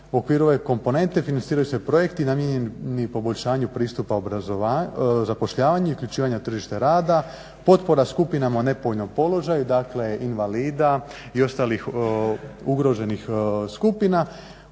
U okviru ove komponente financiraju se projekti namijenjeni poboljšanju pristupa zapošljavanju i uključivanja tržišta rada, potpora skupinama u nepovoljnom položaju, dakle invalida i ostalih ugroženih skupina,